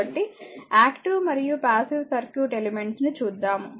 కాబట్టి యాక్టీవ్ మరియు passive circuit elements ని చూద్దాము